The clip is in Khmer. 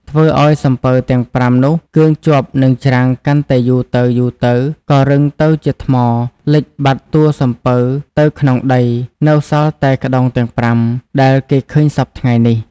ធ្វើឲ្យសំពៅទាំង ៥ នោះកឿងជាប់នឹងច្រាំងកាន់តែយូរទៅៗ ក៏រឹងទៅជាថ្មលិចបាត់តួសំពៅទៅក្នុងដី នៅសល់តែក្ដោងទាំង ៥ ដែលគេឃើញសព្វថ្ងៃនេះ ។